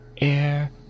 air